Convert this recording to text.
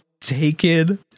taken